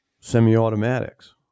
semi-automatics